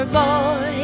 boy